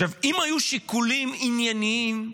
אם היו שיקולים ענייניים,